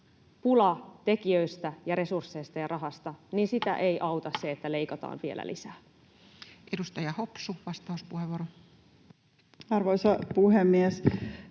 pula tekijöistä ja resursseista ja rahasta, niin sitä ei auta se, että leikataan vielä lisää. Edustaja Hopsu, vastauspuheenvuoro. Arvoisa puhemies!